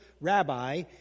rabbi